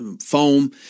Foam